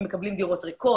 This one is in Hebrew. הם מקבלים דירות ריקות,